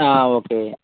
ఆ ఓకే